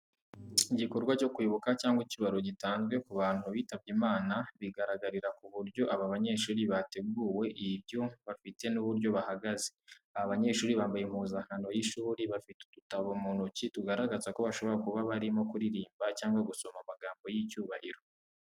Igikorwa cyo kwibuka cyangwa icyubahiro gitanzwe ku bantu bitabye Imana, bigaragarira ku buryo aba banyeshuri bateguwe, ibyo bafite n’uburyo bahagaze. Aba banyeshuri bambaye impuzankano y'ishuri bafite udutabo mu ntoki, tugaragaza ko bashobora kuba barimo kuririmba cyangwa gusoma amagambo y’icyubahiro.